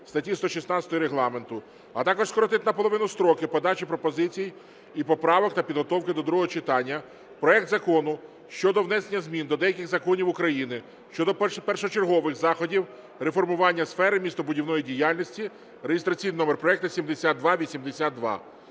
статті 116 Регламенту, а також скоротити наполовину строки подачі пропозицій і поправок на підготовку до другого читання проект Закону щодо внесення змін до деяких законів України щодо першочергових заходів реформування сфери містобудівної діяльності (реєстраційний номер проекту 7282).